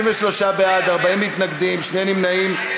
33 בעד, 40 מתנגדים, שני נמנעים.